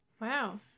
wow